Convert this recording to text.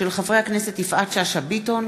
של חברי הכנסת יפעת שאשא ביטון,